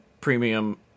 premium